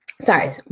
Sorry